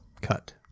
Cut